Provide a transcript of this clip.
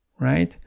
right